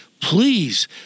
Please